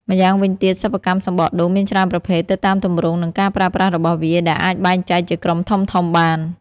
ម្យ៉ាងវិញទៀត សិប្បកម្មសំបកដូងមានច្រើនប្រភេទទៅតាមទម្រង់និងការប្រើប្រាស់របស់វា ដែលអាចបែងចែកជាក្រុមធំៗបាន។